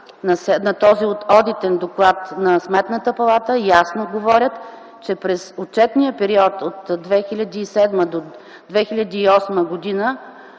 от този одитен доклад на Сметната палата, ясно говорят, че през отчетния период от 2007 г. до 2008 г. и